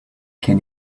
can